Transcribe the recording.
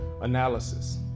analysis